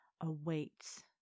awaits